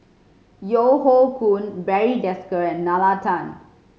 Yeo Hoe Koon Barry Desker and Nalla Tan